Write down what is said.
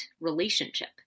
relationship